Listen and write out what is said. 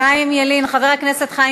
חבר הכנסת יוסי